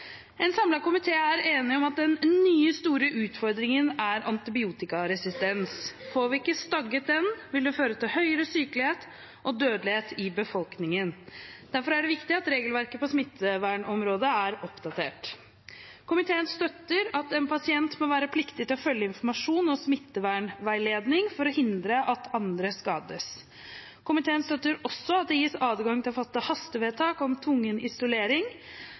En samlet komité er enig om at den nye store utfordringen er antibiotikaresistens. Får vi ikke stagget den, vil det føre til høyere sykelighet og dødelighet i befolkningen. Derfor er det viktig at regelverket på smittevernområdet er oppdatert. Komiteen støtter at en pasient må være pliktig til å følge informasjon og smittevernveiledning for å hindre at andre skades. Komiteen støtter også at det gis adgang til å fatte hastevedtak om tvungen isolering,